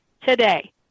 today